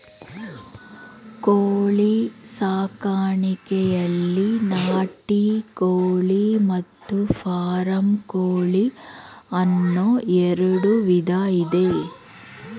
ಕೋಳಿ ಸಾಕಾಣಿಕೆಯಲ್ಲಿ ನಾಟಿ ಕೋಳಿ ಮತ್ತು ಫಾರಂ ಕೋಳಿ ಅನ್ನೂ ಎರಡು ವಿಧ ಇದೆ